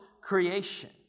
creation